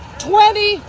Twenty